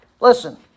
Listen